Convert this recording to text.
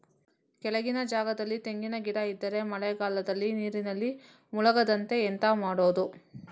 ಕೆಳಗಿನ ಜಾಗದಲ್ಲಿ ತೆಂಗಿನ ಗಿಡ ಇದ್ದರೆ ಮಳೆಗಾಲದಲ್ಲಿ ನೀರಿನಲ್ಲಿ ಮುಳುಗದಂತೆ ಎಂತ ಮಾಡೋದು?